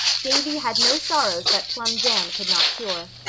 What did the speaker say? davy had no sorrows that plum jam could not cure.